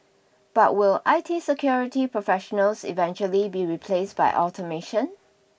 but will I T security professionals eventually be replaced by automation